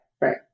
right